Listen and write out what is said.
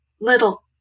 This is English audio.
little